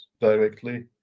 directly